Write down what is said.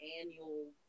annual